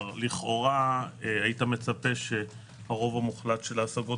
לכאורה היית מצפה שהרוב המוחלט של ההשגות